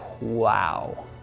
wow